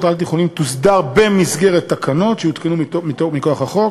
העל-תיכוניים תוסדר במסגרת תקנות שיותקנו מכוח החוק.